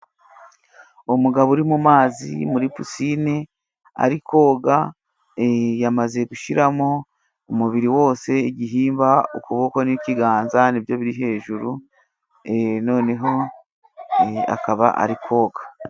Umugabo uri mu mumazi muri pisine arikoga, yamaze gushyiramo umubiri wose, igihimba ukuboko n'ikiganza, nibyo biri hejuru noneho akaba ari koga.